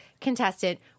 contestant